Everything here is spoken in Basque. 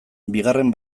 bigarren